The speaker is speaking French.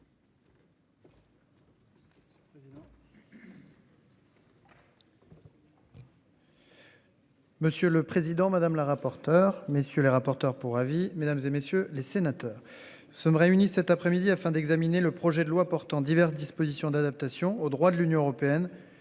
Monsieur le président, madame la rapporteure messieurs les rapporteurs pour avis mesdames et messieurs les sénateurs se réunissent cet après-midi afin d'examiner le projet de loi portant diverses dispositions d'adaptation au droit de l'Union européenne